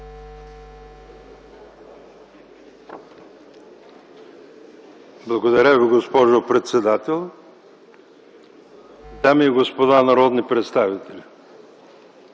Благодаря Ви, госпожо председател. Дами и господа народни представители,